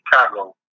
Chicago